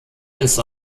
ist